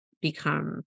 become